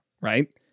right